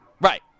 Right